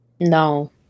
No